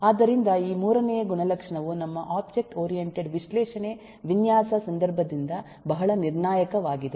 ಆದ್ದರಿಂದ ಈ ಮೂರನೇ ಗುಣಲಕ್ಷಣವು ನಮ್ಮ ಒಬ್ಜೆಕ್ಟ್ ಓರಿಯಂಟೆಡ್ ವಿಶ್ಲೇಷಣೆ ವಿನ್ಯಾಸ ಸಂದರ್ಭದಿಂದ ಬಹಳ ನಿರ್ಣಾಯಕವಾಗಿದೆ